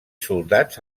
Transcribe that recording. soldats